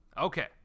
Okay